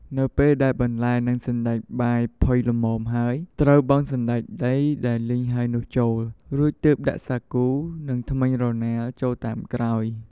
នៅពេលដែលបន្លែ និងសណ្ដែកបាយផុយល្មមហើយ ត្រូវបង់សណ្ដែកដីដែលលីងហើយនោះចូល រួចទើបដាក់សាគូ និងធ្មេញរណាចូលតាមក្រោយ។